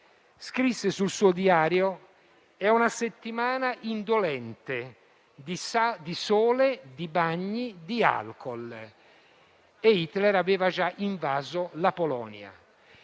scrisse sul suo diario: «È una settimana indolente, di sole, di bagni, di alcol» e Hitler aveva già invaso la Polonia.